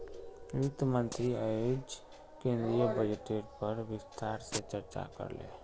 वित्त मंत्री अयेज केंद्रीय बजटेर पर विस्तार से चर्चा करले